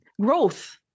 growth